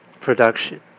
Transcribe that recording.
production